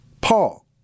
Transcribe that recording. Paul